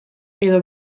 edo